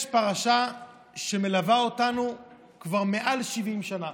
יש פרשה שמלווה אותנו כבר מעל 70 שנה,